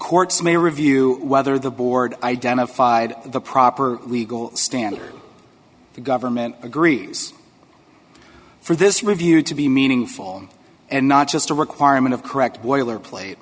courts may review whether the board identified the proper legal standard the government agrees for this review to be meaningful and not just a requirement of correct boilerpla